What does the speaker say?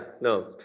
no